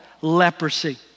leprosy